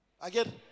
Again